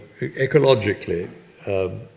ecologically